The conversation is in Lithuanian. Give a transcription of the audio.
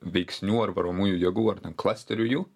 veiksnių ar varomųjų jėgų ar ten klasterių jų